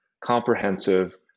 comprehensive